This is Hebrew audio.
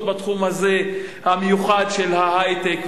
בתחום המיוחד הזה של ההיי-טק והמחשוב.